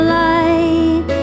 light